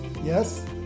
Yes